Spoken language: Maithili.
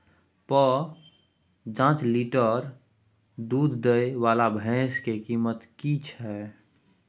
प जॉंच लीटर दूध दैय वाला भैंस के कीमत की हय?